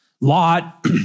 Lot